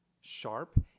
sharp